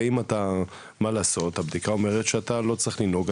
ואם הבדיקה אומרת שאתה לא צריך לנהוג,